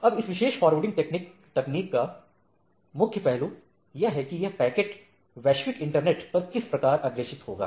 अब इस विशेष फॉर्वर्डिंग तकनीक का एक मुख्य पहलू यह है कि यह पैकेट वैश्विक इंटरनेट पर किस प्रकार अग्रेषित होगा